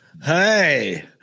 hey